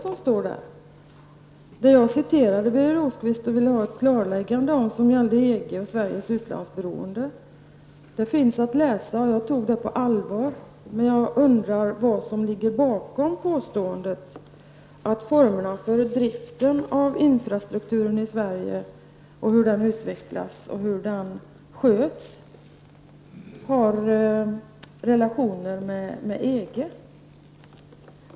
Det jag citerade, Birger Rosqvist, och ville ha ett klarläggande av när det gäller EG och Sveriges utlandsberoende har jag tagit på allvar, och jag undrade vad som ligger bakom påståendet att formerna för driften och skötseln av infrastrukturen i Sverige har samband med relationerna till EG.